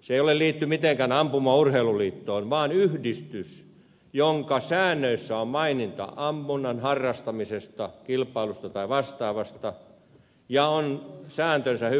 se ei liity mitenkään ampumaurheiluliittoon vaan yhdistys jonka säännöissä on maininta ammunnan harrastamisesta kilpailusta tai vastaavasta ja joka on sääntönsä